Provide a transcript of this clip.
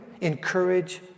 encourage